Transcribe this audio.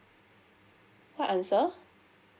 what answer